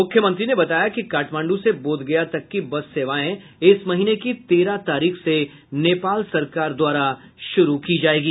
मुख्यमंत्री ने बताया कि काठमांड् से बोधगया तक की बस सेवाएं इस महीने की तेरह तारीख से नेपाल सरकार द्वारा शुरू की जाएंगी